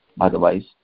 otherwise